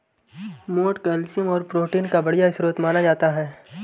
मोठ कैल्शियम और प्रोटीन का बढ़िया स्रोत माना जाता है